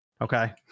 Okay